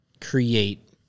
create